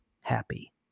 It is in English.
Happy